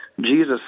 Jesus